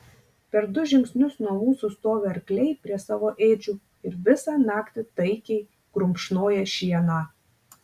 per du žingsnius nuo mūsų stovi arkliai prie savo ėdžių ir visą naktį taikiai grumšnoja šieną